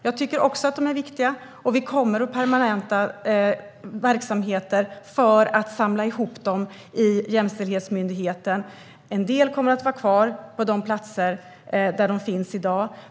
Jag tycker också att de är viktiga, och vi kommer att permanenta verksamheter för att samla ihop dem i jämställdhetsmyndigheten. En del kommer att vara kvar på de platser där de finns i dag.